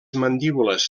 mandíbules